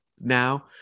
now